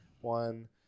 one